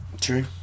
True